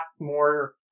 more